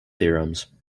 theorems